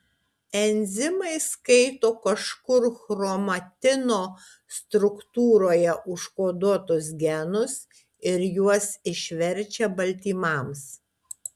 enzimai skaito kažkur chromatino struktūroje užkoduotus genus ir juos išverčia baltymams